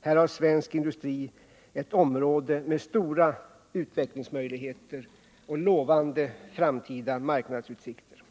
Här har svensk industri ett område med stora utvecklingsmöjligheter och lovande framtida marknadsutsikter.